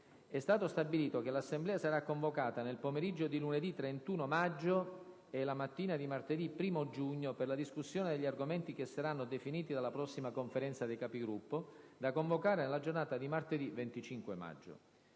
è stato stabilito che 1'Assemblea sarà convocata nel pomeriggio di lunedì 31 maggio e la mattina di martedì 1° giugno per la discussione degli argomenti che saranno definiti dalla prossima Conferenza dei Capigruppo, da convocare nella giornata di martedì 25 maggio.